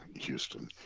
Houston